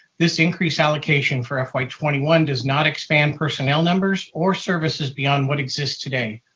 this increase allocation for fy twenty one does not expand personnel numbers or services beyond what exists today.